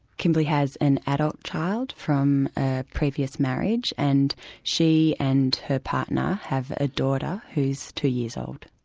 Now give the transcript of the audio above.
kimberley has an adult child from a previous marriage, and she and her partner have a daughter who's two years old.